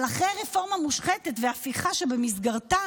אבל אחרי רפורמה מושחתת והפיכה שבמסגרתה